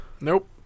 Nope